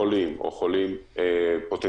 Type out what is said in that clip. חולים או חולים פוטנציאלים,